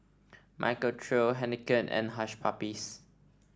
Michael Trio Heinekein and Hush Puppies